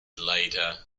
later